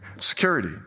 Security